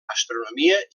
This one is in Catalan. astronomia